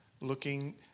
looking